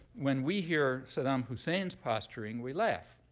when we hear saddam hussein's posturing, we laugh.